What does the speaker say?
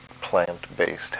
plant-based